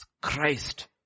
Christ